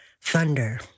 thunder